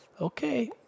Okay